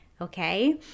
Okay